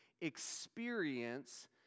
experience